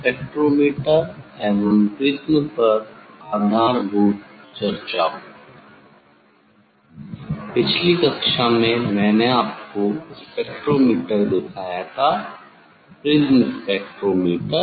spectrometer एवं prism पर आधारभूत चर्चा लगातार पिछली कक्षा में मैंने आपको स्पेक्ट्रोमीटर दिखाया था प्रिज़्म स्पेक्ट्रोमीटर